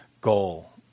goal